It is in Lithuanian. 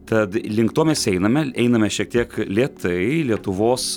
tad link to mes einame einame šiek tiek lėtai lietuvos